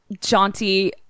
jaunty